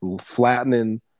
flattening